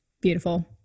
beautiful